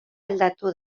aldatu